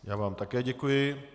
Já vám také děkuji.